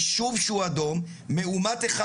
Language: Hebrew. ביישוב שהוא אדום ויש בו מאומת אחד